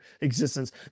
existence